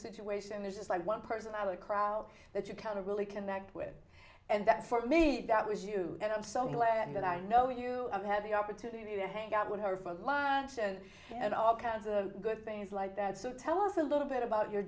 situation and there's just like one person i would crowd that you kind of really connect with and that for me that was you and i'm so glad that i know you have the opportunity to hang out with her for lunch and and all kinds of good things like that so tell us a little bit about your